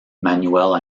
manuel